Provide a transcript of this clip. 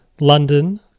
London